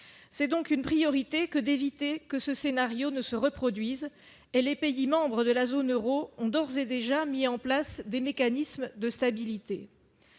c'est donc une priorité que d'éviter que ce scénario ne se reproduise et les pays membres de la zone Euro ont d'ores et déjà mis en place des mécanismes de stabilité